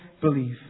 believe